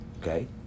Okay